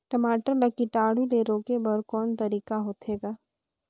टमाटर ला कीटाणु ले रोके बर को तरीका होथे ग?